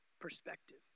perspective